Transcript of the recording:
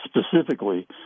specifically